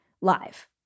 live